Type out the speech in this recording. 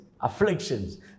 afflictions